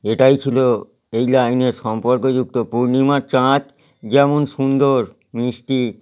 এটাই ছিলো এই লাইনের সম্পর্ক যুক্ত পূর্ণিমার চাঁত যেমন সুন্দর মিষ্টি